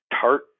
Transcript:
tart